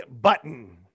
Button